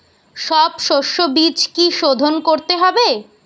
সব শষ্যবীজ কি সোধন করতে হবে?